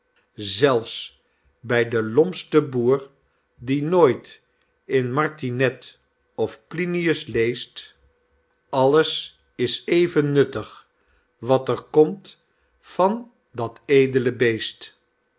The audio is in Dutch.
zelfs by den lompsten boer die nooit in martinet of plinius leest alles is even nuttig wat er komt van dat edele beest